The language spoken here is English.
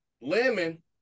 Lemon